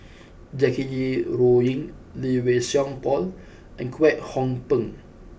Jackie Yi Wu Ying Lee Wei Song Paul and Kwek Hong Png